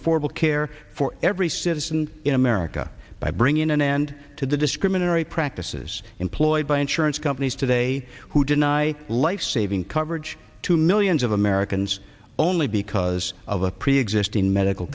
affordable care for every citizen in america by bringing an end to the discriminatory practices employed by insurance companies today who deny lifesaving coverage to millions of americans only because of a preexisting medical